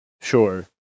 sure